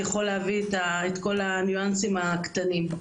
יכול להביא את כל הניואנסים הקטנים.